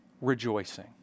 rejoicing